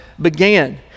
began